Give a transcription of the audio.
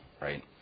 Right